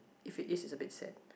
if it is is a bit sad